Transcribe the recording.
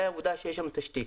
מן העובדה שיש שם תשתית.